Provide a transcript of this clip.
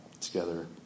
together